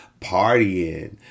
partying